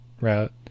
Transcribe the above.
route